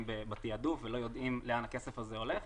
בתעדוף ולא יודעים לאן הכסף הזה הולך.